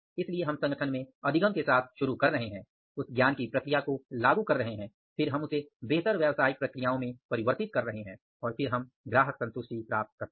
इसलिए हम संगठन में अधिगम के साथ शुरू कर रहे हैं उस ज्ञान की प्रक्रिया को लागू कर रहे हैं फिर हम उसे बेहतर व्यावसायिक प्रक्रियाओं में परिवर्तित कर रहे हैं और फिर हम ग्राहक संतुष्टि प्राप्त करते हैं